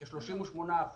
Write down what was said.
כ-38%.